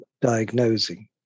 diagnosing